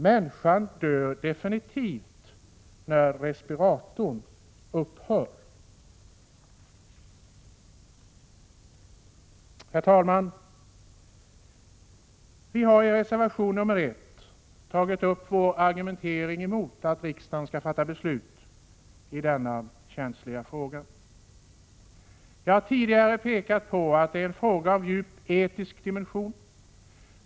Människan dör definitivt när respiratorbehandlingen upphör.” Herr talman! I reservation nr 1 återfinns vår argumentering emot att riksdagen skall fatta beslut i denna känsliga fråga. Jag har tidigare pekat på att detta är en fråga av djupt etisk dimension.